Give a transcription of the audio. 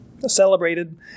celebrated